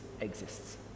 exists